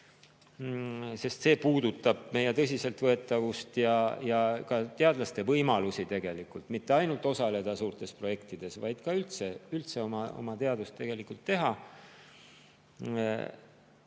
See ju puudutab meie tõsiseltvõetavust ja ka teadlaste võimalusi mitte ainult osaleda suurtes projektides, vaid ka üldse oma teadust teha.